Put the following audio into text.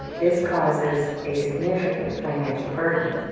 this causes a significant financial burden.